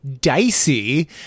dicey